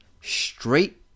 straight